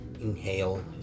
inhale